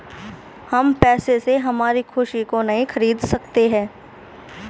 हम पैसे से हमारी खुशी को नहीं खरीदा सकते है